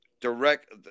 Direct